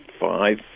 five